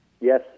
Yes